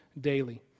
daily